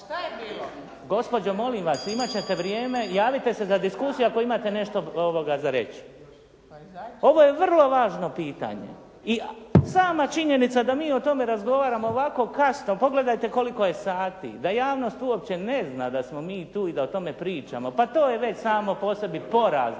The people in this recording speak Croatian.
Gospođo molim vas imat ćete vrijeme. Javite se za diskusiju ako imate nešto za reći. Ovo je vrlo važno pitanje i sama činjenica da mi o tome razgovaramo ovako kasno pogledajte koliko je sati, da javnost uopće ne zna da smo mi tu i da o tome pričamo. Pa to je već samo po sebi porazno